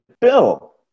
Bill